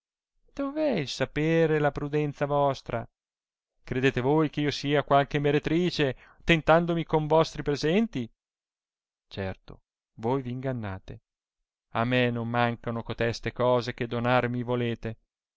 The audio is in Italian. il saper e la prudenza vostra credete voi eh io sia qualche meretrice tentandomi con vostri presenti certo voi v ingannate a me non mancano coteste cose che donar mi volete